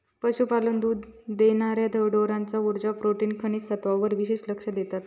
पशुपालक दुध देणार्या ढोरांच्या उर्जा, प्रोटीन, खनिज तत्त्वांवर विशेष लक्ष देतत